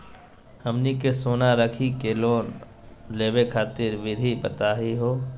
हमनी के सोना रखी के लोन लेवे खातीर विधि बताही हो?